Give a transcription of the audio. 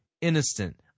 innocent